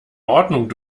ordnung